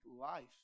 life